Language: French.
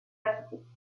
acquittés